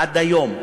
עד היום.